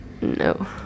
No